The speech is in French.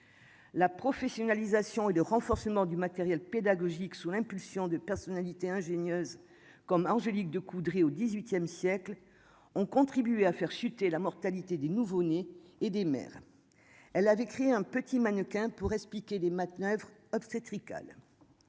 La professionnalisation et de renforcement du matériel pédagogique, sous l'impulsion de personnalités ingénieuse comme Angélique de Coudray au XVIIIe siècle, ont contribué à faire chuter la mortalité des nouveau-nés et des mères, elle avait créé un petit mannequin pour expliquer les manoeuvres obstétrical